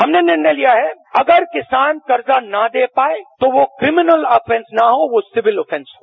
हमने निर्णय लिया है अगर किसान कर्जा ना दे पाए तो वह क्रिमिनल ऑफेंस ना हो वो सिविल ऑफेंस हो